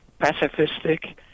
pacifistic